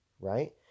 right